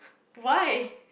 why